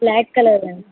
black colour అండి